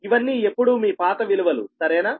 ఇవన్నీ ఎప్పుడూ మీ పాత విలువలు సరేనా